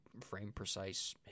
frame-precise